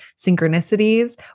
synchronicities